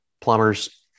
plumbers